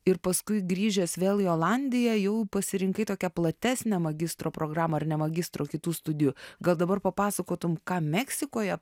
ir paskui grįžęs vėl į olandiją jau pasirinkai tokią platesnę magistro programą ar ne magistro kitų studijų gal dabar papasakotum ką meksikoje